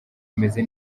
umeze